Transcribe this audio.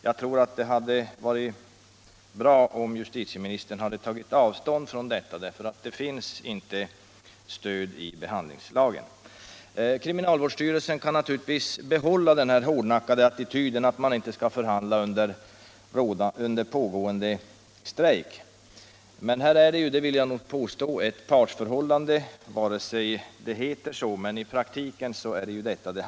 Jag tror att det hade varit bra 2 december 1976 om justitieministern hade tagit avstånd från kollektiv bestraffning, därför = att det finns inget stöd för sådan i behandlingslagen. Om situationen på Kriminalvårdsstyrelsen kan naturligtvis behålla den hårdnackade at — fångvårdsanstaltertityden att man inte skall förhandla under pågående strejk, men här finns — na — det vill jag påstå — ett partsförhållande, även om det inte heter så. I praktiken handlar det om det.